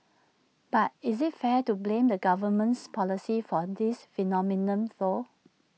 but is IT fair to blame the government's policy for this phenomenon though